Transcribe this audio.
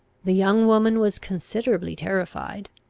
the young woman was considerably terrified.